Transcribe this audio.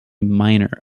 minor